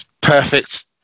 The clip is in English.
perfect